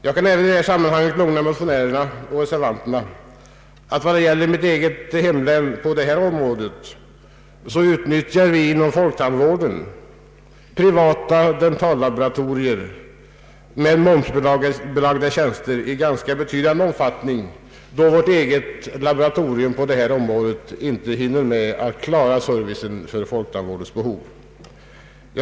Jag kan även i det sammanhanget lugna motionärerna och reservanterna att vad det gäller mitt eget hemlän utnyttjar vi inom folktandvården privata dentallaboratorier med momsbelagda tjänster i ganska betydande omfattning, då vårt eget laboratorium inte hinner med att klara servicen för folktandvårdens behov.